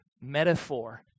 metaphor